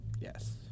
Yes